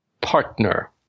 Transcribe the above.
partner